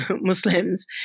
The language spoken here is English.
Muslims